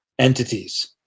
Entities